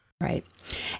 Right